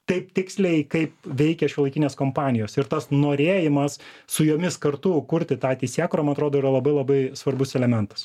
taip tiksliai kaip veikia šiuolaikinės kompanijos ir tas norėjimas su jomis kartu kurti tą teisėkūrą man atrodo yra labai labai svarbus elementas